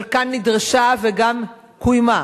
אבל כאן נדרשה וגם קוימה.